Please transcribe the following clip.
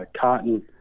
cotton